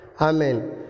Amen